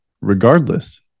regardless